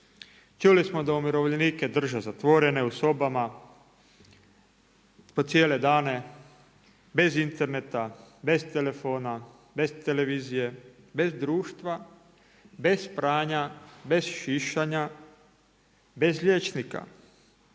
čuli smo da umirovljenike drže zatvorene u sobama, po cijele dane, bez interneta, bez telefona, bez televizije, bez društva, bez pranja, bez šišanja, bez liječnika,